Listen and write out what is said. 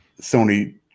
Sony